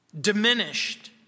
diminished